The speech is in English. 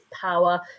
power